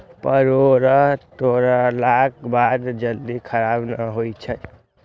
परोर तोड़लाक बाद जल्दी खराब नहि होइ छै